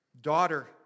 Daughter